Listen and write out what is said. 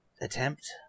attempt